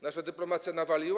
Nasza dyplomacja nawaliła.